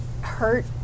hurt